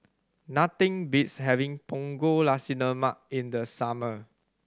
nothing beats having Punggol Nasi Lemak in the summer